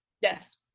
yes